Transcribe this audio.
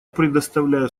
предоставляю